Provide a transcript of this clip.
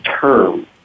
term